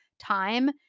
time